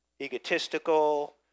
egotistical